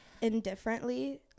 indifferently